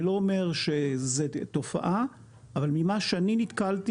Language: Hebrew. אני לא אומר שזו תופעה אבל ממה שאני נתקלתי